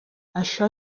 això